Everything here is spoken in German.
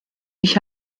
ich